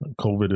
COVID